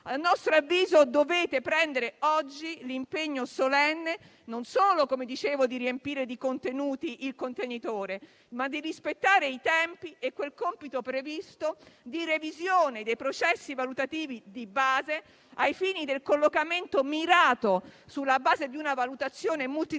A nostro avviso dovete prendere oggi l'impegno solenne, non solo di riempire di contenuti il contenitore, ma di rispettare i tempi e quel compito previsto di revisione dei processi valutativi di base, ai fini del collocamento mirato, sulla base di una valutazione multidimensionale